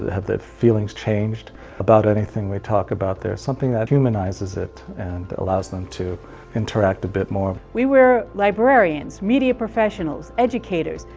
have their feelings changed about anything? we talked about their, something that humanizes it, and allows them to interact a bit more. we were librarians, media professionals, educators,